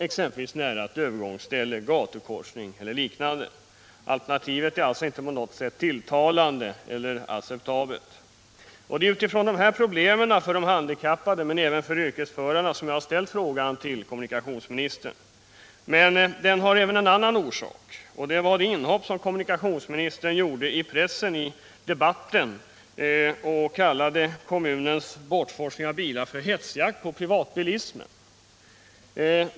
exempelvis nära ett övergångsställe, en gatukorsning e. d. Alternativet är alltså inte på något sätt tilltalande eller acceptabelt. Det är utifrån dessa problem för de handikappade och även för yrkesförarna som jag ställt frågan till kommunikationsministern. Men jag har gjort det även av en annan orsak, nämligen det inhopp som kommunikationsministern gjorde i pressdebatten och kallade kommunens bortforsling av bilar för hetsjakt på privatbilismen.